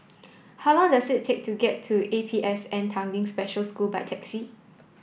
how long does it take to get to A P S N Tanglin Special School by taxi